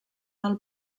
del